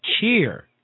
cheer